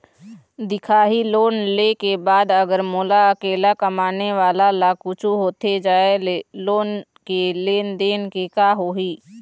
दिखाही लोन ले के बाद अगर मोला अकेला कमाने वाला ला कुछू होथे जाय ले लोन के लेनदेन के का होही?